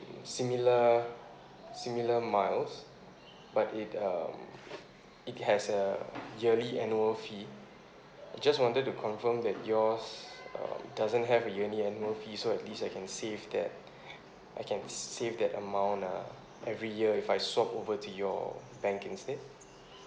similar similar miles but it um it has a yearly annual fee just wanted to confirm that yours um doesn't have a yearly annual fee so at least I can save that I can save that amount uh every year if I swap over to your bank instead